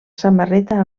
samarreta